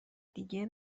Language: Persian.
دیگه